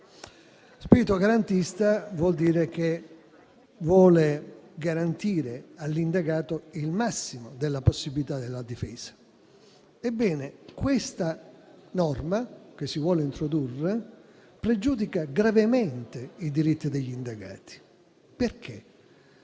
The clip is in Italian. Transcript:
spirito garantista vuole garantire all'indagato il massimo della possibilità di difesa. Ebbene, questa norma che si vuole introdurre pregiudica gravemente i diritti degli indagati. Perché? In